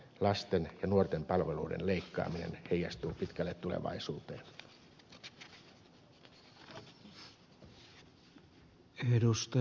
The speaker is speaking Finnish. lasten ja nuorten palveluiden leikkaaminen heijastuu pitkälle tulevaisuuteen